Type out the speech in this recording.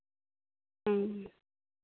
ᱦᱩᱸ